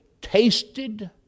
tasted